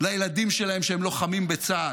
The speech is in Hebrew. לילדים שלהם שהם לוחמים בצה"ל.